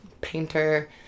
painter